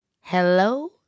hello